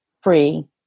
free